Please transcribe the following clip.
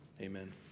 Amen